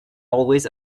always